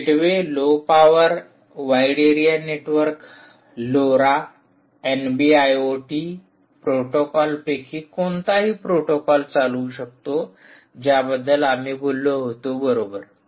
gateway low power wide area network LoRa NB IoT प्रोटोकॉलपैकी कोणताही protocol चालवू शकतो ज्याबद्दल आम्ही बोललो होतो बरोबर